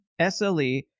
SLE